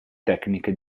tecniche